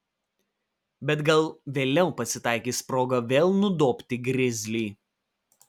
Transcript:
bet gal vėliau pasitaikys proga vėl nudobti grizlį